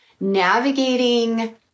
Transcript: navigating